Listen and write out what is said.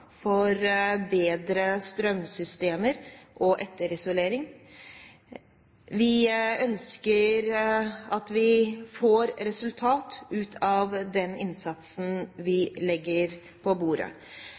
for å få bedre strømsystemer og etterisolering. Vi ønsker å få resultater ut av den innsatsen